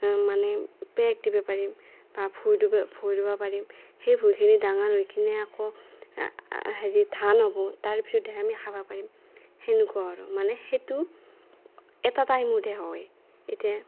মানে পেক দিবা পাৰিম বা ভূঁই ৰুব ভূঁই ৰুব পাৰিম সেই ভূঁইখিনি ডাঙৰ হৈ কিনে আকৌ হেৰি ধান হ'ব তাৰপিছতহে আমি খাব পাৰিম সেনেকুৱা আৰু মানে সেইটো এটা টাইমতহে হয় এতিয়া